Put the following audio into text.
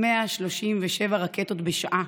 137 רקטות בשעה,